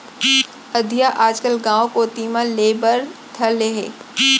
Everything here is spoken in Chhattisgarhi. अधिया आजकल गॉंव कोती म लेय बर धर ले हें